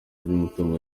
y’umutungo